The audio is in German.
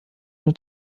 nur